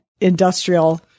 industrial